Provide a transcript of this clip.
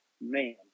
man